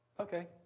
Okay